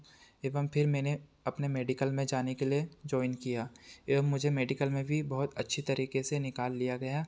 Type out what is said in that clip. एवं फिर मैंने अपने मेडिकल में जाने के लिए जॉइन किया एवं मुझे मेडिकल में भी बहुत अच्छी तरीके से निकाल लिया गया